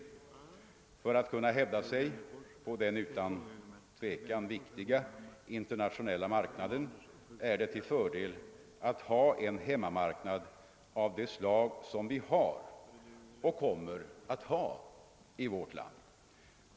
För att vi skall kunna hävda oss på den utan tvivel viktiga internationella läkemedelsmarknaden är det en fördel med en hemmamarknad av det slag som finns och kommer att finnas i vårt land.